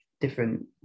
different